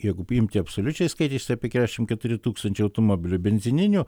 jeigu imti absoliučiais skaičiais tai apie keturiasdešim keturi tūkstančiai automobilių benzininių